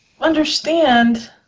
understand